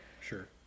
Sure